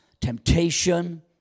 temptation